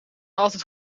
altijd